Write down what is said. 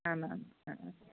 ആ എന്നാൽ ആ എന്നാൽ